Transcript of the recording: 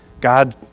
God